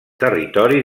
territori